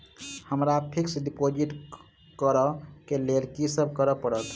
हमरा fix deposit करऽ केँ लेल की सब करऽ पड़त?